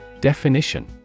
Definition